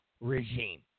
regime